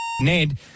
Ned